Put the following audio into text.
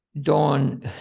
dawn